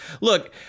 Look